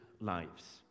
lives